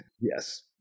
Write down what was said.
Yes